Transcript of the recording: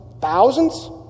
thousands